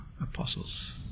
apostles